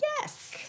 Yes